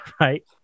right